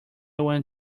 want